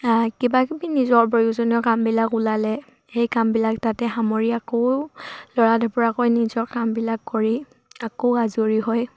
কিবাকিবি নিজৰ প্ৰয়োজনীয় কামবিলাক ওলালে সেই কামবিলাক তাতে সামৰি আকৌ লৰা ঢপৰাকৈ নিজৰ কামবিলাক কৰি আকৌ আজৰি হয়